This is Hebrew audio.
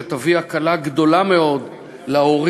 שתביא הקלה גדולה מאוד להורים,